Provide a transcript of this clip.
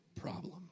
problem